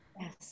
Yes